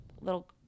little